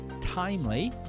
timely